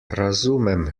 razumem